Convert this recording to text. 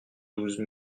douze